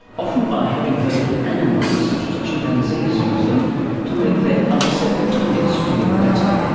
often by having heard that animals such as chimpanzees use them to make their upset tummies feel better.